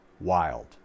wild